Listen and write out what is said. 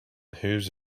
whose